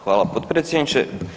Hvala potpredsjedniče.